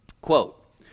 quote